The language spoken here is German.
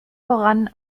voran